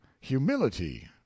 humility